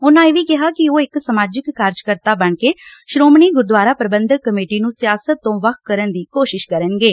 ਉਨਾਂ ਇਹ ਵੀ ਕਿਹਾ ਕਿ ਉਹ ਇਕ ਸਮਾਜਿਕ ਕਾਰਜਕਰਤਾ ਬਣ ਕੇ ਸ੍ਹੋਮਣੀ ਗੁਰਦੁਆਰਾ ਪ੍ਰਬੰਧਕ ਕਮੇਟੀ ਨੂੰ ਸਿਆਸਤ ਤੋਂ ਵੱਖ ਕਰਨ ਦੀ ਕੋਸ਼ਿਸ਼ ਕਰਨਗੇ